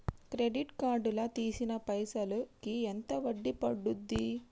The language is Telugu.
క్రెడిట్ కార్డ్ లా తీసిన పైసల్ కి ఎంత వడ్డీ పండుద్ధి?